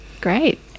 Great